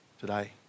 today